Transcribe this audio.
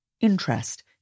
interest